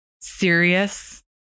serious